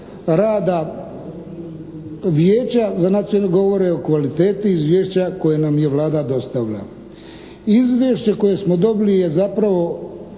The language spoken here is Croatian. se ne razumije./… govore o kvaliteti izvješća koje nam je Vlada dostavila. Izvješće koje smo dobili je zapravo